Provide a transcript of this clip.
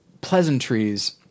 pleasantries